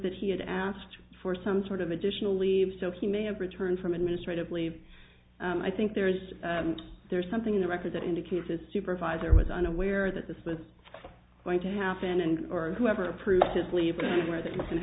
that he had asked for some sort of additional leave so he may have returned from administrative leave i think there's there's something in the record that indicates a supervisor was unaware that this was going to happen and or whoever proved to sleep anywhere that